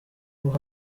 who